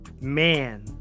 man